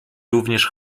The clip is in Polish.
również